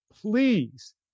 please